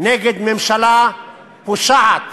נגד ממשלה פושעת,